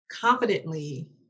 confidently